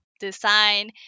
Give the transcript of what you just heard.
Design